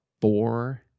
four